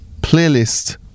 playlist